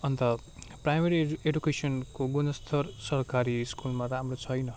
अन्त प्राइमरी एडु एजुकेसनको गुणस्तर सरकारी स्कुलमा राम्रो छैन